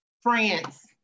France